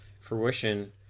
fruition